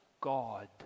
God